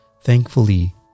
Thankfully